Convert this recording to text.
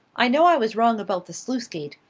i know i was wrong about the sluice-gate.